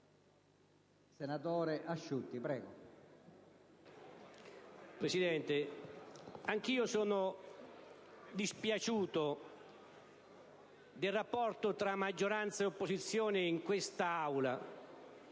Presidente, anch'io sono dispiaciuto del rapporto tra maggioranza e opposizione in quest'Aula.